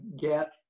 get